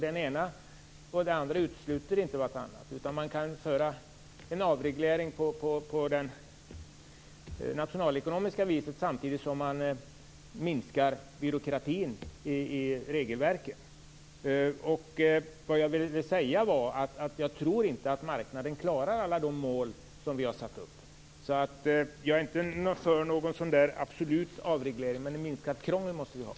Det ena utesluter dock inte det andra, utan man kan driva detta med en avreglering i det nationalekonomiska perspektivet samtidigt som byråkratin minskas i regelverken. Vad jag velat säga är att jag inte tror att marknaden klarar alla mål som vi har satt upp. Jag är alltså inte för en absolut avreglering men minskat krångel måste det bli.